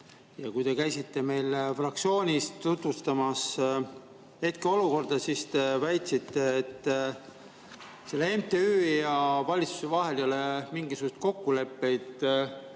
Kui te käisite meil fraktsioonis tutvustamas hetkeolukorda, siis te väitsite, et selle MTÜ ja valitsuse vahel ei ole mingisuguseid kokkuleppeid,